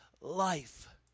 life